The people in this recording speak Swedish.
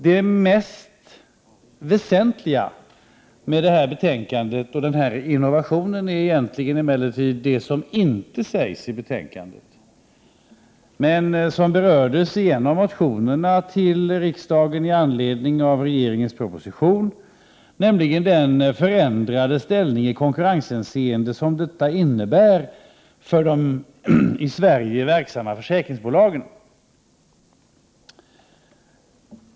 Det mest väsentliga med det här betänkandet och den här innovationen är emellertid det som inte sägs i betänkandet, men som berördes i en av motionerna till riksdagen i anledning av regeringens proposition, nämligen den förändrade ställning i konkurrenshänseende som detta innebär för de i Sverige verksamma försäkringsbolagen.